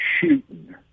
shooting